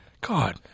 God